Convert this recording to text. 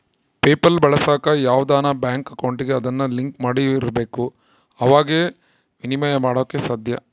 PayPal ಬಳಸಾಕ ಯಾವ್ದನ bank ಅಕೌಂಟಿಗೆ ಅದುನ್ನ ಲಿಂಕ್ ಮಾಡಿರ್ಬಕು ಅವಾಗೆ ಃನ ವಿನಿಮಯ ಮಾಡಾಕ ಸಾದ್ಯ